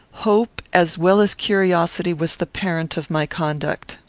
hope, as well as curiosity, was the parent of my conduct.